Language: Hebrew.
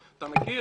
אתה מכיר?